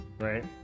right